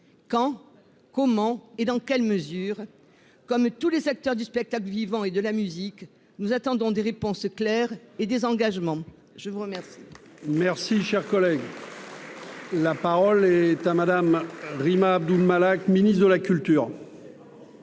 quand, comment et dans quelle mesure, comme tous les acteurs du spectacle vivant et de la musique, nous attendons des réponses claires et des engagements, je vous remercie.